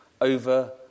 over